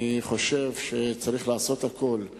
הצעת חוק ההתייעלות הכלכלית